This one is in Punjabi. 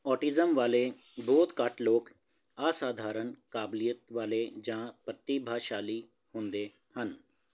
ਔਟਿਜ਼ਮ ਵਾਲੇ ਬਹੁਤ ਘੱਟ ਲੋਕ ਅਸਾਧਾਰਨ ਕਾਬਲੀਅਤ ਵਾਲੇ ਜਾਂ ਪ੍ਰਤਿਭਾਸ਼ਾਲੀ ਹੁੰਦੇ ਹਨ